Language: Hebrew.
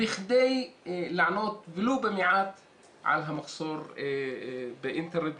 בכדי לענות ולו במעט על המחסור בתשתיות